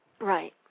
Right